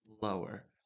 lower